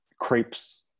crepes